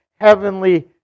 heavenly